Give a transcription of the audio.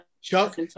Chuck